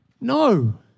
No